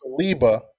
Saliba